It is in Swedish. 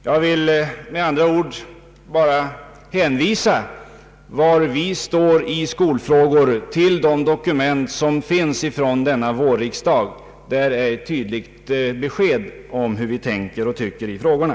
Jag vill med andra ord hänvisa till de dokument i utbildningsfrågor från vårt håll som finns bl.a. från denna vårriksdag. Där har getts klara besked om våra ställningstaganden i utbildningspolitiken.